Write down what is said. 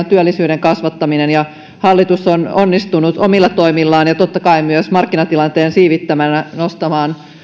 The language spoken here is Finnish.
työllisyyden kasvattaminen ja hallitus on onnistunut omilla toimillaan ja totta kai myös markkinatilanteen siivittämänä nostamaan